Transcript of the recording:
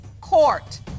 court